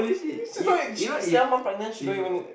she not in she seven month pregnant she don't even look